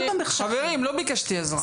חברים, לא ביקשתי עזרה.